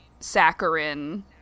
saccharin